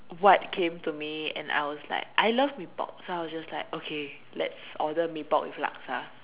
what came to me and I was like I love MeePok so I was just like okay let's order Mee-Pok with Laksa